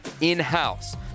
in-house